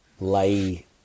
lay